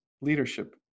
leadership